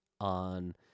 on